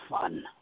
fun